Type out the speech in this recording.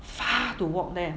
far to walk there